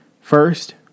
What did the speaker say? First